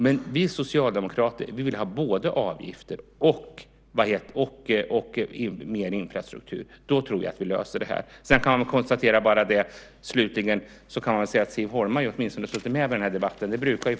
Men vi Socialdemokrater vill ha både avgifter och mer infrastruktur. Då tror jag att vi löser detta. Slutligen kan jag konstatera att Siv Holma faktiskt har suttit med i debatten här.